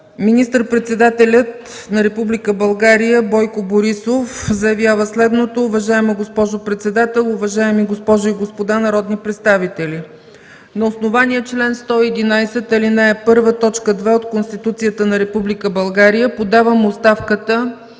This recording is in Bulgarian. министър-председателят на Република България Бойко Борисов заявява следното: